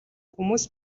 хүмүүс